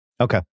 Okay